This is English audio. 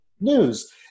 news